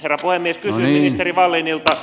kysyn ministeri wallinilta